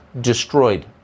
destroyed